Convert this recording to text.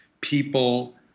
people